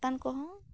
ᱵᱟᱛᱟᱱ ᱠᱚᱦᱚᱸ